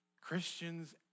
Christians